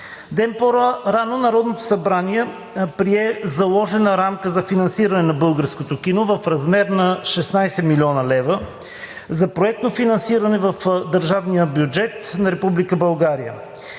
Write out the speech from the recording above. Ден по-рано Народното събрание прие заложена рамка за финансиране на българското кино в размер на 16 млн. лв. за проектно финансиране в държавния бюджет на